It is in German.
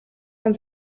man